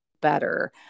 better